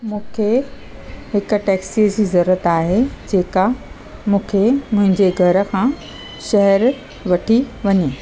मूंखे हिक टेक्सीअ जी ज़रूरत आहे जेका मूंखे मुंहिंजे घर खां शहर वठी वञे